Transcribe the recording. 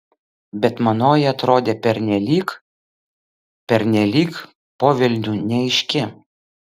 bet manoji atrodė pernelyg pernelyg po velnių neaiški